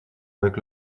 avec